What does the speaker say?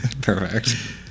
perfect